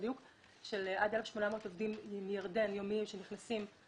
של עד 1,800 עובדים מירדן, יומיים, שנכנסים.